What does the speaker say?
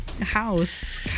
house